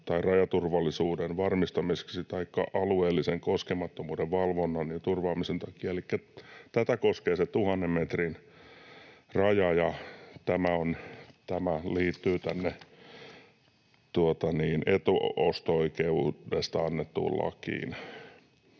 tai rajaturvallisuuden varmistamiseksi taikka alueellisen koskemattomuuden valvonnan ja turvaamisen takia.” Elikkä tätä koskee se 1 000 metrin raja, ja tämä liittyy etuosto-oikeudesta annettuun lakiin.